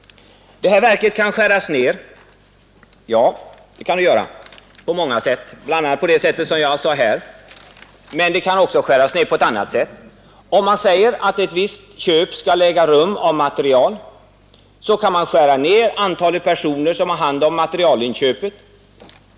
Det här verket kan skäras ner. Ja, det kan skäras ner på många sätt, bl.a. på det sätt som jag nämnde här. Ett annat sätt är, om exempelvis inköp av material skall äga rum, att man skär ned antalet personer som har hand om materialinköpen.